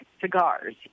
cigars